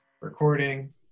recording